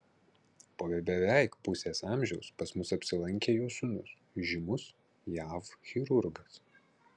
po beveik pusės amžiaus pas mus apsilankė jo sūnus žymus jav chirurgas